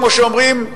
כמו שאומרים,